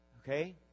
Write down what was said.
Okay